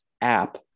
app